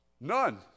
None